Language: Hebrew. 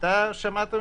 אתה שמעת,